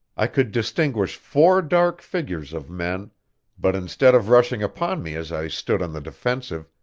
i could distinguish four dark figures of men but, instead of rushing upon me as i stood on the defensive,